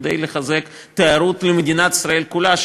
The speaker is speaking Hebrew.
כדי לחזק את התיירות למדינת ישראל כולה,